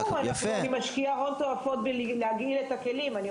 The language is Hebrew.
ברור, אני משקיעה הון תועפות בלהגעיל את הכלים.